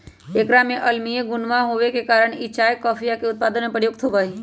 एकरा में अम्लीय गुणवा होवे के कारण ई चाय कॉफीया के उत्पादन में प्रयुक्त होवा हई